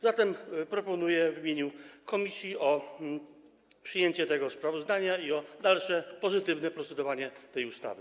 Zatem proponuję w imieniu komisji przyjęcie tego sprawozdania i dalsze pozytywne procedowanie nad tą ustawą.